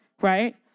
right